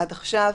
עד עכשיו,